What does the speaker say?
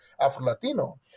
afro-latino